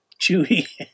chewy